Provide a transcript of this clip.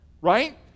Right